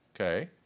okay